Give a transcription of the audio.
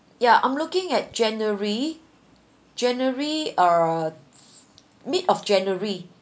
yeah I'm looking at january january uh mid of january